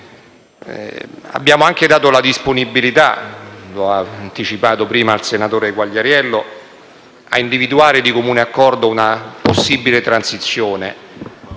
Abbiamo anche dato la disponibilità - lo ha anticipato prima il senatore Quagliariello - a individuare di comune accordo una possibile transizione.